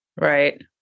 right